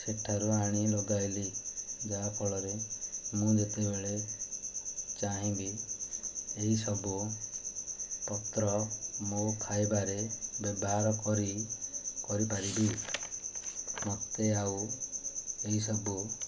ସେଠାରୁ ଆଣି ଲଗାଇଲି ଯାହାଫଳରେ ମୁଁ ଯେତେବେଳେ ଚାହିଁବି ଏହିସବୁ ପତ୍ର ମୋ ଖାଇବାରେ ବ୍ୟବହାର କରି କରିପାରିବି ମୋତେ ଆଉ ଏହିସବୁ